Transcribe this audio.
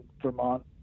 Vermont